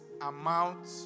amount